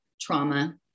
trauma